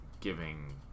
giving